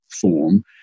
form